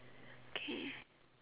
okay